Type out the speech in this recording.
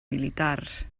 militars